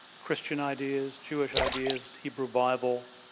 christian ideas, jewish ideas, hebrew bible.